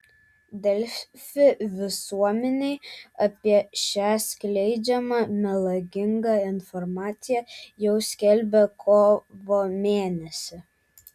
delfi visuomenei apie šią skleidžiamą melagingą informaciją jau skelbė kovo mėnesį